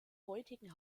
heutigen